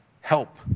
help